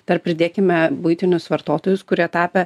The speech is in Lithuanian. dar pridėkime buitinius vartotojus kurie tapę